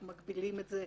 אנחנו מגבילים את זה,